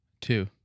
Two